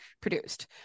produced